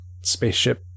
spaceship